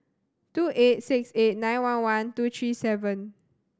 two eight six eight nine one one two three seven